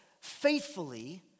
faithfully